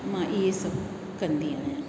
मां इहे सभु कंदी आहियां